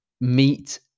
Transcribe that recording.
meet